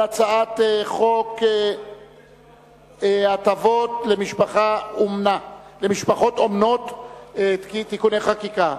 הצעת חוק הטבות למשפחות אומנה (תיקוני חקיקה),